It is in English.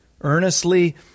earnestly